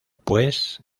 pues